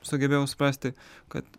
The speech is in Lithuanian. sugebėjau suprasti kad